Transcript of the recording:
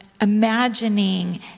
imagining